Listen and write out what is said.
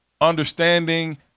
understanding